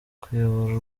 kuyobora